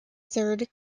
third